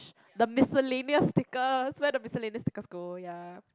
the miscellaneous stickers where's the miscellaneous stickers go ya